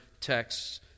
texts